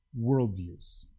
worldviews